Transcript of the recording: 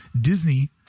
Disney